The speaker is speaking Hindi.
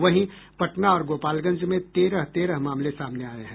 वहीं पटना और गोपालगंज में तेरह तेरह मामले सामने आये हैं